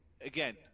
again